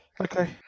okay